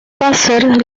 pacers